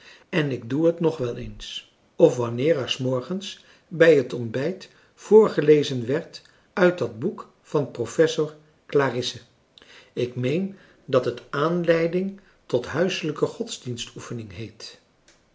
en ik doe het nog wel eens of wanneer er s morgens bij het ontbijt voorgelezen werd uit dat boek van professor clarisse ik meen dat het aanleiding tot huisselijke godsdienstoefening heet